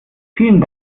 vielen